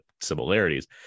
similarities